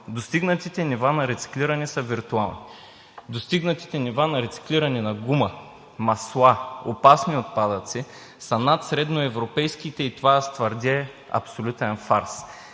Достигнатите нива на рециклиране са виртуални. Достигнатите нива на рециклиране на гума, масла, опасни отпадъци са над средноевропейските и това, аз твърдя, е абсолютен фарс.